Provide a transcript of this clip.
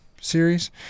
series